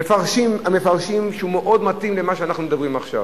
מפרשים המפרשים משהו מאוד מתאים למה שאנחנו מדברים עליו עכשיו.